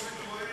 אז אנחנו,